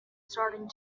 starting